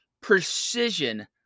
precision